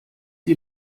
die